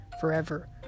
forever